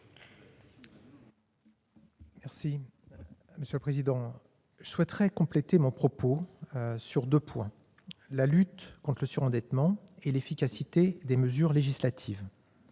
est à M. le rapporteur. Je souhaite compléter mon propos sur deux points : la lutte contre le surendettement et l'efficacité des mesures législatives.